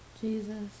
Jesus